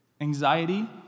Anxiety